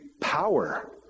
power